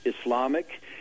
Islamic